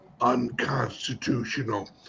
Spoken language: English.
unconstitutional